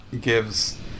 gives